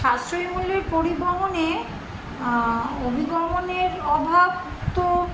সাশ্রয়ী মূলের পরিবহনে অভিগমনের অভাব তো